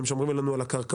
הם שומרים לנו על הקרקעות,